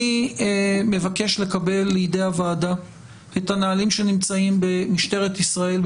אני מבקש לקבל לידי הוועדה את הנהלים שנמצאים במשטרת ישראל,